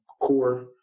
core